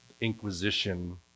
Inquisition